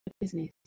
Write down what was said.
business